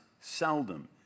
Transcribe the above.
seldom